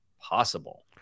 possible